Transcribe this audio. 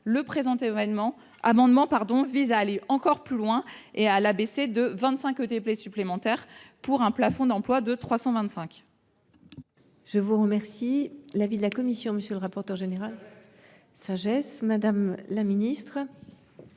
le présent amendement vise à aller encore plus loin et à l’abaisser de 25 ETP supplémentaires pour le fixer à 325